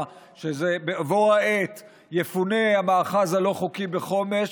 לכן בכל החודשים האחרונים הצבעת נגד הצעות חוק של האופוזיציה?